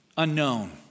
unknown